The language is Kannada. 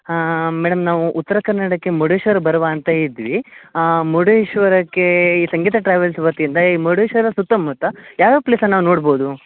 ಹಾಂ ಮೇಡಮ್ ನಾವು ಉತ್ತರ ಕನ್ನಡಕ್ಕೆ ಮುರುಡೇಶ್ವರ ಬರುವ ಅಂತ ಇದ್ವಿ ಮುರುಡೇಶ್ವರಕ್ಕೆ ಈ ಸಂಗೀತ ಟ್ರಾವೆಲ್ಸ್ ವತಿಯಿಂದ ಈ ಮುರುಡೇಶ್ವರ ಸುತ್ತಮುತ್ತ ಯಾವ್ಯಾವ ಪ್ಲೇಸನ್ನು ನಾವು ನೋಡ್ಬೋದು